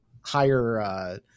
higher